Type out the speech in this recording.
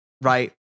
right